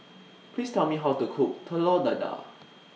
Please Tell Me How to Cook Telur Dadah